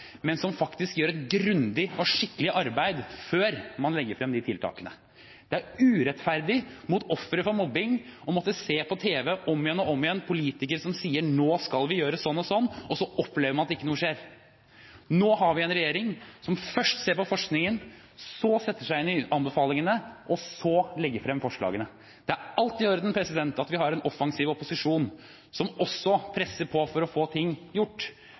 men som faktisk gjør et grundig og skikkelig arbeid før man legger frem de tiltakene. Det er urettferdig mot ofre for mobbing å måtte se på tv om igjen og om igjen at politikere sier nå skal vi gjøre sånn og sånn, og så opplever man at ikke noe skjer. Nå har vi en regjering som først ser på forskningen, så setter seg inn i anbefalingene og så legger frem forslagene. Det er i orden at vi har en offensiv opposisjon som også presser på for å få ting gjort,